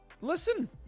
listen